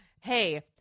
hey